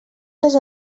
les